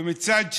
ומצד שני,